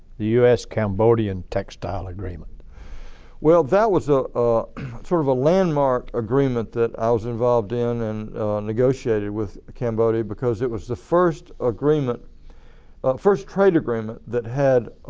us-cambodian textile agreement. johnson well, that was ah ah sort of a landmark agreement that i was involved in and negotiated with cambodia because it was the first agreement first trade agreement that had